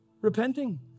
repenting